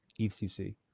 ECC